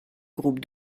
groupe